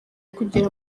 kugera